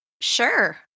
Sure